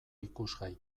ikusgai